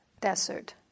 desert